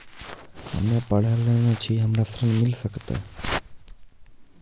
हम्मे पढ़ल न छी हमरा ऋण मिल सकत?